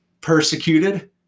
persecuted